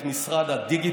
את משרד הדיגיטל,